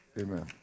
Amen